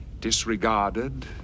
disregarded